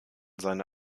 seine